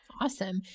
Awesome